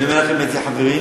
אני אומר לכם את זה, חברים,